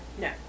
No